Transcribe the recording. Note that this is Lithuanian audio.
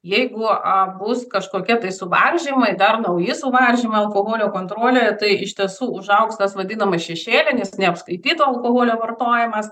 jeigu a bus kažkokie tai suvaržymai dar nauji suvaržymai alkoholio kontrolė tai iš tiesų užaugs tas vadinamas šešėlinis neapskaityto alkoholio vartojimas